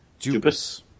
Jupus